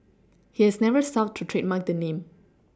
he has never sought to trademark the name